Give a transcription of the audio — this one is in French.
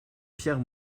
pierre